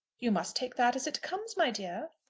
you must take that as it comes, my dear.